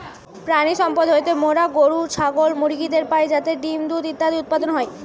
প্রাণিসম্পদ হইতে মোরা গরু, ছাগল, মুরগিদের পাই যাতে ডিম্, দুধ ইত্যাদি উৎপাদন হয়